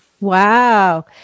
wow